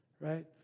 right